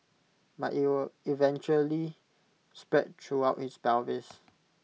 but IT eventually spread throughout his pelvis